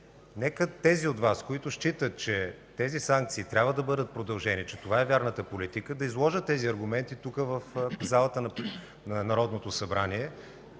нека тези от Вас, които считат, че тези санкции трябва да бъдат продължени, че това е вярната политика, да изложат тези аргументи тук, в залата на Народното събрание,